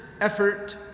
effort